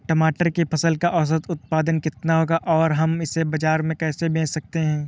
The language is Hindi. टमाटर की फसल का औसत उत्पादन कितना होगा और हम इसे बाजार में कैसे बेच सकते हैं?